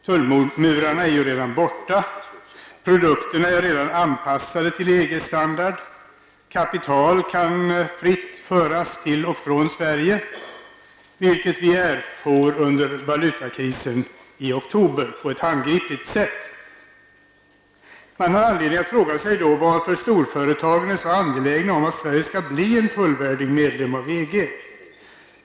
Tullmurarna är ju redan borta, produkterna är redan anpassade till EG-standard, kapital kan fritt föras till och från Sverige, vilket vi erfor under valutakrisen i okober på ett handgripligt sätt. Man har anledning att fråga sig varför storföretagen är så angelägna om att Sverige skall bli en fullvärdig medlem av EG.